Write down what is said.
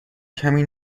کمی